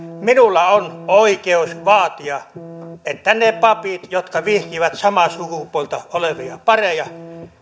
minulla on oikeus vaatia että ne papit jotka vihkivät samaa sukupuolta olevia pareja